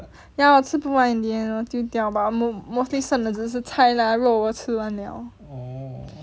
ya 我吃不完 in the end 我丢掉 but mostly 剩的就是菜啦肉我吃完了